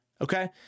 Okay